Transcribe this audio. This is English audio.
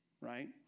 right